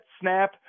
snap